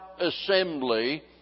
assembly